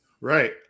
Right